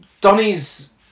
Donnie's